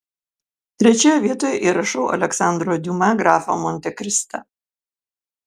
trečioje vietoje įrašau aleksandro diuma grafą montekristą